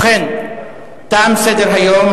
תם סדר-היום.